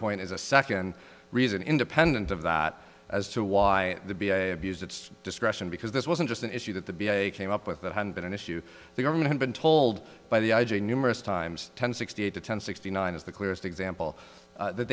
point is a second reason independent of that as to why the b a abused its discretion because this wasn't just an issue that the be a came up with that hadn't been an issue the government had been told by the i g numerous times ten sixty eight to ten sixty nine is the clearest example that